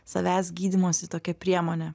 savęs gydymosi tokia priemonė